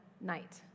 night